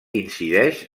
incideix